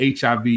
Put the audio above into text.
hiv